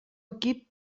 equip